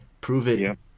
prove-it